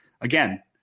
again